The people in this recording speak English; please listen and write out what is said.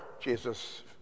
Jesus